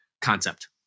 concept